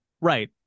Right